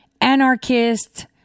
anarchist